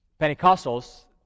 Pentecostals